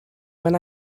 when